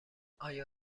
آیا